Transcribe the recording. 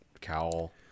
cowl